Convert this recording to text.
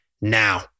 now